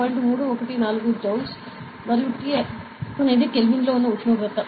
314 joule mole kelvin మరియు T అనేది కెల్విన్లో ఉష్ణోగ్రత